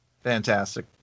Fantastic